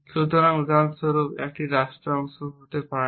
সুতরাং উদাহরণস্বরূপ এটি রাষ্ট্রের অংশ হতে পারে না